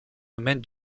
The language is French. phonèmes